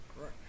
Right